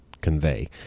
convey